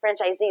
franchisees